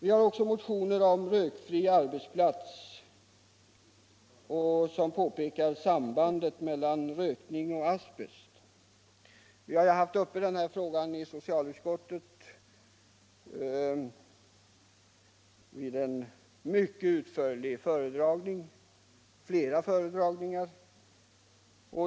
I motioner om rökfria arbetsplatser påpekas sambandet mellan rökning och asbest. Vi har haft den frågan uppe i socialutskottet vid flera mycket utförliga föredragningar.